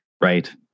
Right